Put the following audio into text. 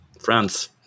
France